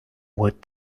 what